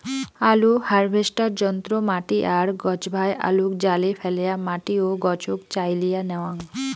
আলু হারভেস্টার যন্ত্র মাটি আর গছভায় আলুক জালে ফ্যালেয়া মাটি ও গছক চাইলিয়া ন্যাওয়াং